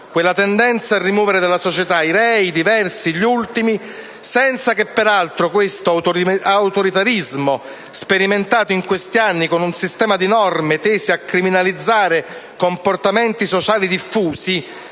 quella tendenza a rimuovere dalla società i rei, i diversi, gli ultimi, senza che peraltro questo autoritarismo, sperimentato in questi anni con un sistema di norme tese a criminalizzare comportamenti sociali diffusi